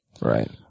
Right